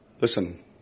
Listen